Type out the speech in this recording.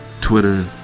twitter